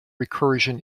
recursion